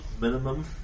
minimum